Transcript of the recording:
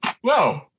whoa